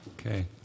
Okay